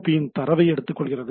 பியின் தரவை எடுத்துக்கொள்கிறது